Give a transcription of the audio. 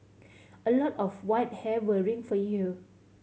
a lot of white hair worrying for you